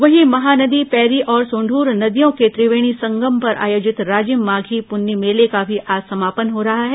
वहीं महानदी पैरी और सोंदूर नदियों के त्रिवेणी संगम पर आयोजित राजिम माघी पुन्नी मेले का भी आज समापन हो रहा है